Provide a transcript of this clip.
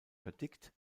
verdickt